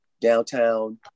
downtown